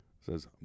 Says